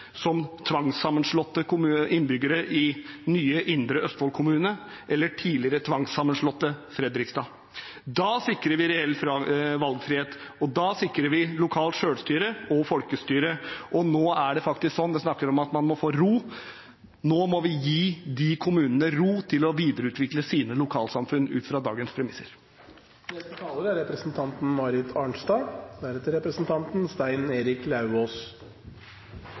som tvangssammenslåtte innbyggere i nye Indre Østfold kommune, eller i tidligere tvangssammenslåtte Fredrikstad. Da sikrer vi reell valgfrihet, og da sikrer vi lokalt selvstyre og folkestyre. Det snakkes om at nå må man få ro. Nå må vi gi de kommunene ro til å videreutvikle sine lokalsamfunn ut fra dagens premisser. De fire siste årene har lært oss at dette ikke er